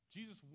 Jesus